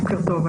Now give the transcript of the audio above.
בוקר טוב.